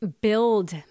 build